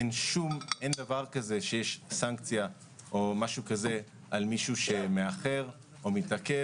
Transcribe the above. אין דבר כזה שיש סנקציה או משהו כזה על מישהו שמאחר או מתעכב